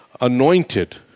anointed